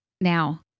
Now